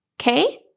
Okay